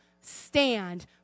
stand